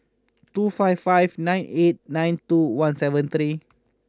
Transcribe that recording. two five five nine eight nine two one seven three